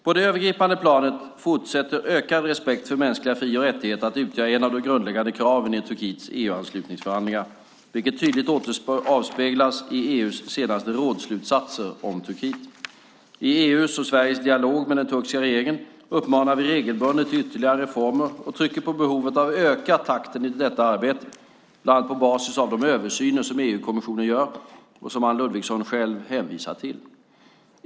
På det övergripande planet fortsätter ökad respekt för mänskliga fri och rättigheter att utgöra ett av de grundläggande kraven i Turkiets EU-anslutningsförhandlingar, vilket tydligt avspeglas i EU:s senaste rådsslutsatser om Turkiet. I EU:s och Sveriges dialog med den turkiska regeringen uppmanar vi regelbundet till ytterligare reformer och trycker på behovet av att öka takten i detta arbete, bland annat på basis av de översyner som EU-kommissionen gör och som Anne Ludvigsson själv hänvisar till.